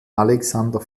alexander